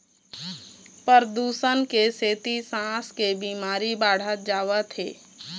परदूसन के सेती सांस के बिमारी बाढ़त जावत हे